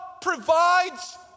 provides